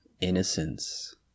Innocence